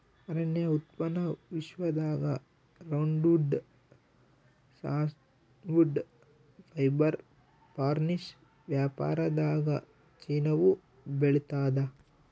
ಅರಣ್ಯ ಉತ್ಪನ್ನ ವಿಶ್ವದಾಗ ರೌಂಡ್ವುಡ್ ಸಾನ್ವುಡ್ ಫೈಬರ್ ಫರ್ನಿಶ್ ವ್ಯಾಪಾರದಾಗಚೀನಾವು ಬೆಳಿತಾದ